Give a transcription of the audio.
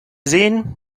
sehen